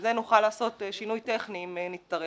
שבזה נוכל לעשות שינוי טכני אם נצטרך.